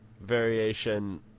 variation